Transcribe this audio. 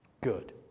good